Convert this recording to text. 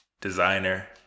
designer